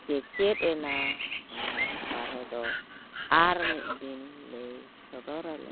ᱪᱮᱪᱮᱫ ᱮᱱᱟ ᱚᱱᱟ ᱨᱮᱱᱟᱜ ᱵᱟᱨᱮᱫᱚ ᱟᱨ ᱢᱤᱫ ᱫᱤᱱ ᱞᱟᱹᱭ ᱥᱚᱫᱚᱨ ᱟᱞᱮ